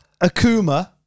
akuma